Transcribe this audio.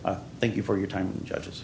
thank you for your time judges